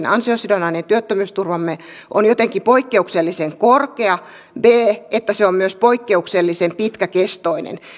ansiosidonnainen työttömyysturvamme on jotenkin poikkeuksellisen korkea ja b että se on myös poikkeuksellisen pitkäkestoinen